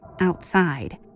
outside